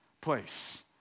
place